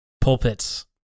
pulpits